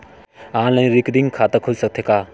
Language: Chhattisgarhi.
ऑनलाइन रिकरिंग खाता खुल सकथे का?